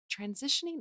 transitioning